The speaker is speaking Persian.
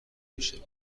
میشویم